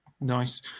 Nice